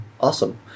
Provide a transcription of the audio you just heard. Awesome